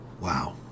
wow